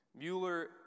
Mueller